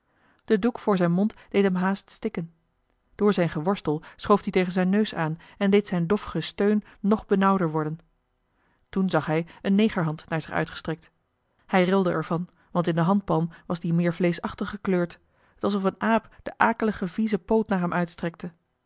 de doek voor zijn mond deed hem haast stikken door zijn geworstel schoof die tegen zijn neus aan en deed zijn dof gesteun nog benauwder worden toen zag hij een negerhand naar zich uitgestrekt hij rilde er van want in de handpalm was die meer vleeschachtig gekleurd t was of een aap den akeligen viezen poot naar hem uitstrekte